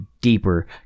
deeper